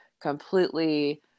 completely